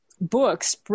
books